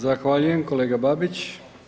Zahvaljujem kolega Babić.